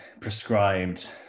prescribed